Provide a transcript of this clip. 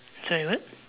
sorry what